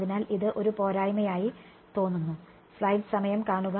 അതിനാൽ ഇത് ഒരു പോരായ്മയായി തോന്നുന്നു